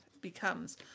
becomes